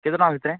କେତେ ଟଙ୍କା ଭିତରେ